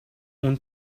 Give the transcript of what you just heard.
اون